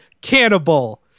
cannibal